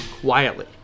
quietly